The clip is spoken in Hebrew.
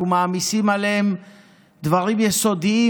אנחנו מעמיסים עליהם דברים יסודיים,